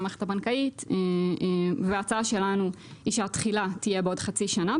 המערכת הבנקאית וההצעה שלנו היא שהתחילה תהיה בעוד חצי שנה,